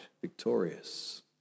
victorious